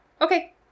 Okay